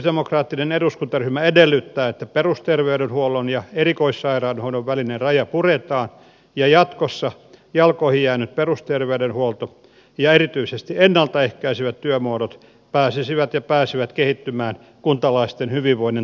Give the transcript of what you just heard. kristillisdemokraattinen eduskuntaryhmä edellyttää että perusterveydenhuollon ja erikoissairaanhoidon välinen raja puretaan ja jatkossa jalkoihin jäänyt perusterveydenhuolto ja erityisesti ennalta ehkäisevät työmuodot pääsisivät ja pääsevät kehittymään kuntalaisten hyvinvoinnin turvaamiseksi